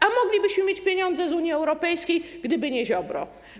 A moglibyśmy mieć pieniądze z Unii Europejskiej, gdyby nie Ziobro.